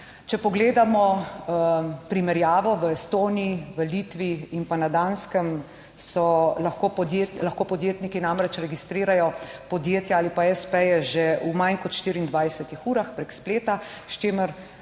Če pogledamo primerjavo, v Estoniji, v Litvi in na Danskem so lahko podjetja, lahko podjetniki namreč registrirajo podjetja ali pa s. p.-je že v manj kot 24 urah prek spleta,